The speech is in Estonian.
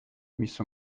mis